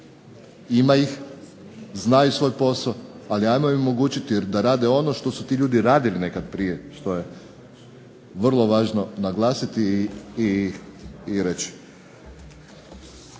Ima ih, znaju svoj posao. Ali hajmo im omogućiti da rade ono što su ti ljudi radili nekad prije što je vrlo važno naglasiti i reći.